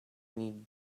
need